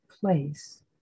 place